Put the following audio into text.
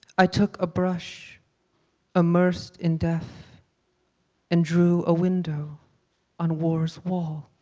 i took a brush immersed in death and drew a window on war's wall.